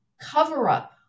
cover-up